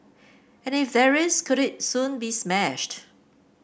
and if there is could it soon be smashed